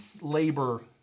Labor